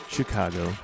Chicago